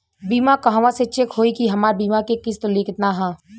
बीमा कहवा से चेक होयी की हमार बीमा के किस्त केतना ह?